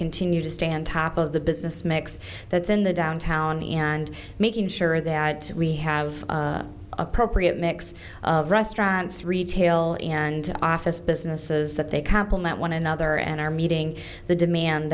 continue to stand top of the business mix that's in the downtown and making sure that we have appropriate mix of restaurants retail and office businesses that they complement one another and are meeting the demand